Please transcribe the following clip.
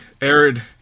arid